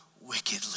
wickedly